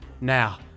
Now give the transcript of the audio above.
Now